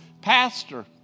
pastor